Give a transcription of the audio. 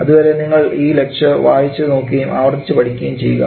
അതുവരെ നിങ്ങൾ ഈ ലക്ചർ വായിച്ചു നോക്കുകയും ആവർത്തിച്ചു പഠിക്കുകയും ചെയ്യുക